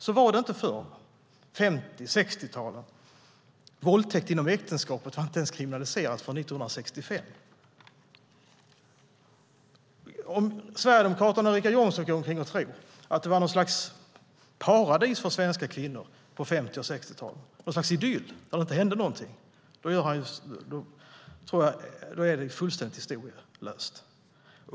Så var det inte förr på 50 och 60-talen. Våldtäkt inom äktenskapet var inte ens kriminaliserat förrän 1965. Om Sverigedemokraterna och Richard Jomshof går omkring och tror att det var något slags paradis för svenska kvinnor på 50 och 60 talen, något slags idyll där det inte hände någonting, är det fullständigt historielöst.